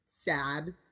sad